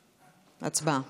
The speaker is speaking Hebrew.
הצבעה.